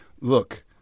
Look